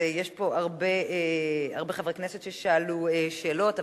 יש הרבה חברי כנסת ששאלו שאלות,